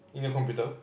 in your computer